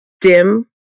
dim